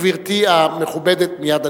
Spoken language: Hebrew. כבוד השר יצחק כהן, גברתי המכובדת, מייד.